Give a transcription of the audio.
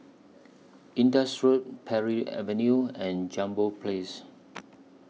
Indus Road Parry Avenue and Jambol Place